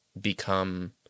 become